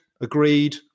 agreed